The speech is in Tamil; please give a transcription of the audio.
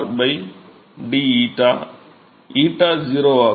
𝞰 0 ஆகும்